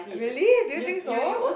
really do you think so